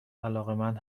علاقمند